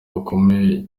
bukomeye